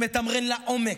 שמתמרן לעומק,